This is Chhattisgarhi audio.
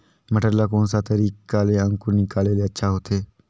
मटर ला कोन सा तरीका ले अंकुर निकाले ले अच्छा होथे?